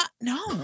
no